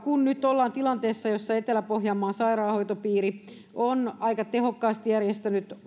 kun nyt ollaan tilanteessa jossa etelä pohjanmaan sairaanhoitopiiri on aika tehokkaasti järjestänyt